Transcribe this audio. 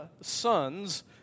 sons